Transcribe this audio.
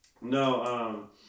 no